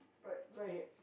right right here